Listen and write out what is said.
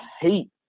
hate